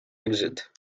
exit